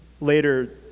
later